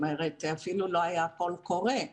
אפילו לא היה קול קורא,